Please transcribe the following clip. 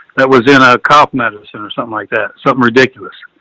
that was in a cop medicine or something like that, something ridiculous,